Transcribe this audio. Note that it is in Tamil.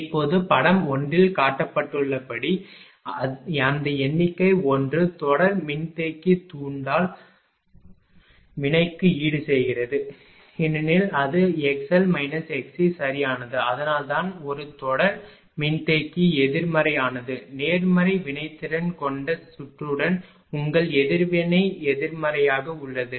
இப்போது படம் ஒன்றில் காட்டப்பட்டுள்ளபடி அந்த எண்ணிக்கை ஒன்று தொடர் மின்தேக்கி தூண்டல் வினைக்கு ஈடுசெய்கிறது ஏனெனில் அது xl xc சரியானது அதனால்தான் ஒரு தொடர் மின்தேக்கி எதிர்மறையானது நேர்மறை வினைத்திறன் கொண்ட சுற்றுடன் உங்கள் எதிர்வினை எதிர்மறையாக உள்ளது